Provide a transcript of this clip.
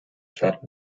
stadt